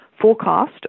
forecast